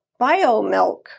BioMilk